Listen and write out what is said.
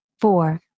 Four